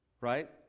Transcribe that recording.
right